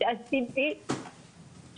שמעתי את ידידי עינת,